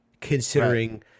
considering